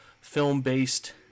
film-based